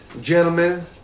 gentlemen